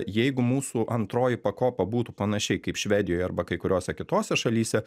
jeigu mūsų antroji pakopa būtų panašiai kaip švedijoje arba kai kuriose kitose šalyse